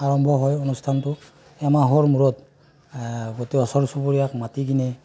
আৰম্ভ হয় অনুষ্ঠানটো এমাহৰ মূৰত গোটেই ওচৰ চুবুৰীয়াক মাতি কিনে